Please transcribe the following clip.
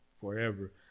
forever